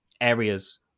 areas